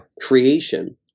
creation